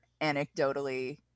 anecdotally